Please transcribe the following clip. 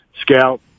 scout